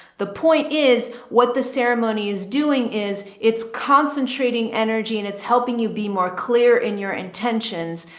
the point is what the ceremony is doing is it's concentrating energy and it's helping you be more clear in your intentions.